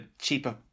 cheaper